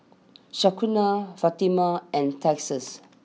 Shaquana Fatima and Texas